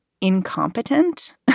incompetent